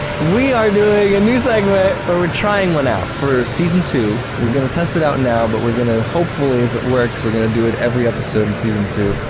we are doing a new segment or we're trying one out for season two, we're gonna test it out now but we're gonna hopefully if it works, we're gonna do it every episode in season two.